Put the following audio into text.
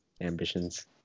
ambitions